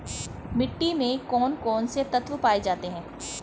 मिट्टी में कौन कौन से तत्व पाए जाते हैं?